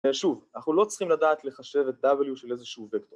שוב, אנחנו לא צריכים לדעת לחשב את w של איזה שהוא וקטור